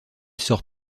sort